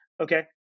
Okay